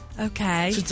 Okay